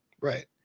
Right